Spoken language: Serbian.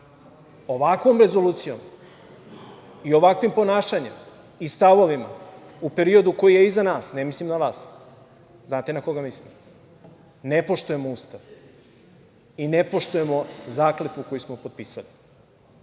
Ustav. Ovakvom rezolucijom i ovakvim ponašanjem i stavovima u periodu koji je iza nas, ne mislim na vas, znate na koga mislim, ne poštujemo Ustav i ne poštujemo zakletvu koju smo potpisali.